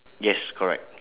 yes correct